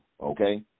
okay